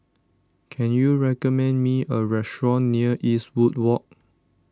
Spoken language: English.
can you recommend me a restaurant near Eastwood Walk